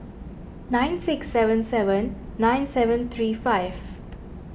nine six seven seven nine seven three five